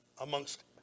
amongst